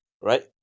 right